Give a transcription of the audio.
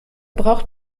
braucht